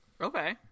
Okay